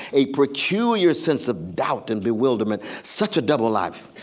a peculiar sense of doubt and bewilderment. such a double life.